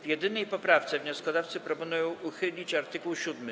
W jedynej poprawce wnioskodawcy proponują uchylić art. 7.